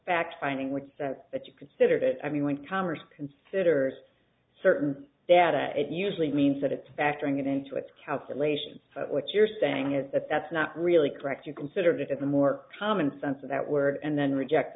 fact finding wood so that you considered it i mean when congress considers certain data it usually means that it's factoring it into a calculation that what you're saying is that that's not really correct or considered it is a more common sense of that word and then reject